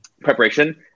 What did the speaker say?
preparation